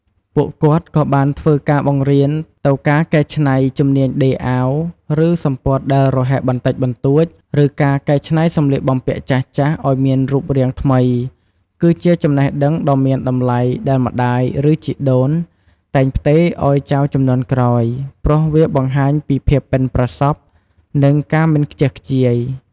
ពួកគាត់ក៍បានធ្វើការបង្រៀន ទៅការកែច្នៃ ជំនាញដេរអាវ ឬសំពត់ដែលរហែកបន្តិចបន្តួច ឬការកែច្នៃសម្លៀកបំពាក់ចាស់ៗឲ្យមានរូបរាងថ្មី គឺជាចំណេះដឹងដ៏មានតម្លៃដែលម្ដាយ ឬជីដូនតែងផ្ទេរឲ្យចៅជំនាន់ក្រោយ ព្រោះវាបង្ហាញពីភាពប៉ិនប្រសប់ និងការមិនខ្ជះខ្ជាយ។